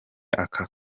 aka